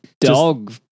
dog